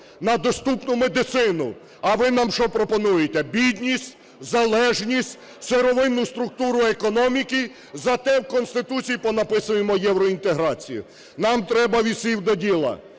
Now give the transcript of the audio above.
на доступну медицину. А ви нам що пропонуєте? Бідність, залежність, сировинну структуру економіки, зате в Конституції понаписуємо євроінтеграцію. Нам треба всім до діла.